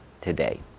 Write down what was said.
today